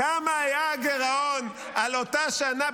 כמה היה הגירעון באותה שנה?